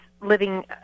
living